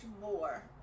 more